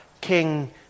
King